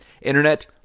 Internet